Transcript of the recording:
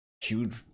huge